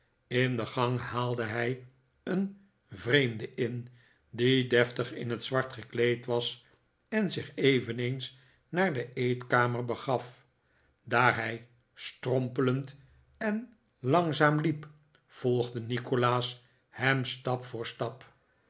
in de gang haalde hij een vreemde in die deftig in het zwart gekleed was en zich eveneens naar de eetkamer begaf daar hij strompelend en langzaam hep volgde nikolaas hem stap voor stap